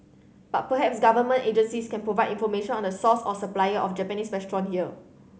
but perhaps Government agencies can provide information on the source or supplier of Japanese restaurant here